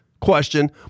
question